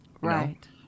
Right